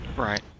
Right